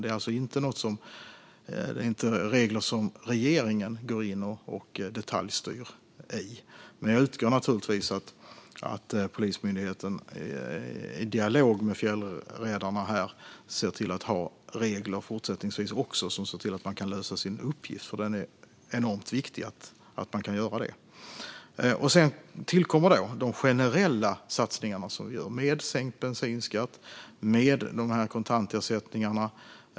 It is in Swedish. Det är inget som regeringen går in och detaljstyr. Men jag utgår naturligtvis från att Polismyndigheten i dialog med fjällräddarna också fortsättningsvis ser till att ha regler så att de kan lösa sin uppgift, för det är enormt viktigt att man kan göra det. Sedan tillkommer de generella satsningar vi gör. Det handlar om sänkt bensinskatt och om kontantersättningar.